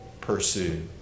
pursue